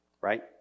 right